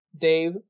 Dave